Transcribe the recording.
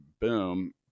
boom